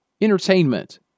entertainment